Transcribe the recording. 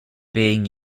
being